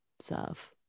serve